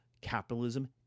capitalism